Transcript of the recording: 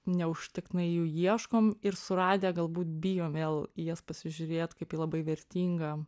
neužtektinai jų ieškom ir suradę galbūt bijom vėl į jas pasižiūrėti kaip į labai vertingą